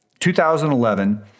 2011